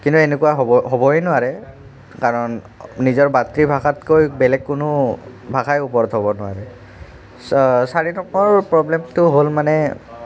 কিন্তু এনেকুৱা হ'ব হ'বই নোৱাৰে কাৰণ নিজৰ মাতৃভাষাতকৈ বেলেগ কোনো ভাষাই ওপৰত হ'ব নোৱাৰে চাৰি নম্বৰ প্ৰব্লেমটো হ'ল মানে